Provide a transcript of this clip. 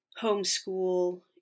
homeschool